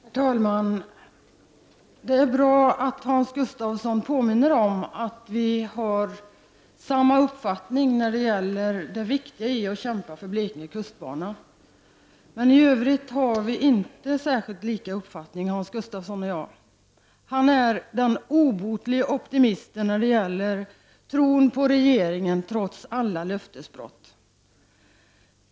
Herr talman! Det är bra att Hans Gustafsson påminner om att han och jag har samma uppfattning om det viktiga i att kämpa för Blekinge kustbana, men i Övrigt har vi inte samma uppfattning. Han är den obotlige optimisten när det gäller tron på regeringen, trots alla löftesbrott.